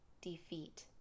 defeat